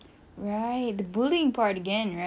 the the topic is about bullies